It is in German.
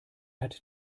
hat